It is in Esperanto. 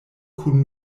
kun